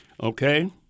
okay